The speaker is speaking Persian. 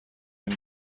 این